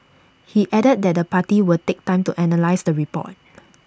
he added that the party would take time to analyse the report